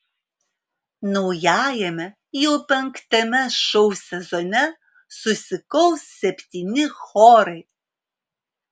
naujajame jau penktame šou sezone susikaus septyni chorai